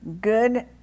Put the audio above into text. good